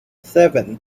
seven